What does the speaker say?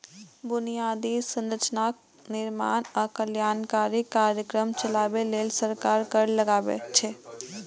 बुनियादी संरचनाक निर्माण आ कल्याणकारी कार्यक्रम चलाबै लेल सरकार कर लगाबै छै